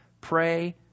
pray